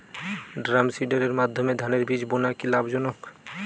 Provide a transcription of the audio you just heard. ড্রামসিডারের মাধ্যমে ধানের বীজ বোনা কি লাভজনক?